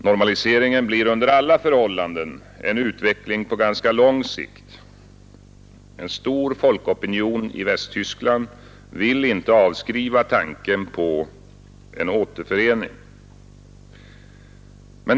Normaliseringen blir under alla förhållanden en utveckling på ganska lång sikt — en stor folkopinion i Västtyskland vill inte avskriva tanken på en återförening.